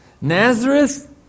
Nazareth